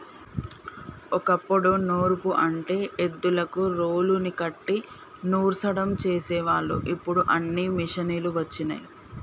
ఓ కప్పుడు నూర్పు అంటే ఎద్దులకు రోలుని కట్టి నూర్సడం చేసేవాళ్ళు ఇప్పుడు అన్నీ మిషనులు వచ్చినయ్